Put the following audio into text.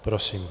Prosím.